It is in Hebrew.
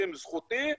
שהם זכותי,